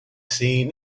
seen